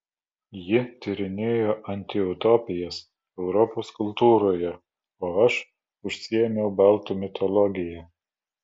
ji tyrinėjo antiutopijas europos kultūroje o aš užsiėmiau baltų mitologija